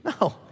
No